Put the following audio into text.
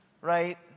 right